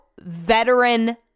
veteran